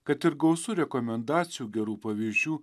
kad ir gausu rekomendacijų gerų pavyzdžių